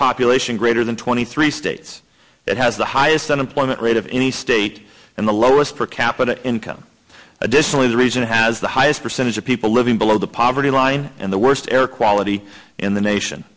population greater than twenty three states that has the highest unemployment rate of any state in the lowest per capita income additionally the region has the highest percentage of people living below the poverty line and the worst air quality in the nation